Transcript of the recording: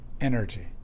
energy